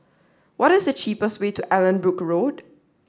what is the cheapest way to Allanbrooke Road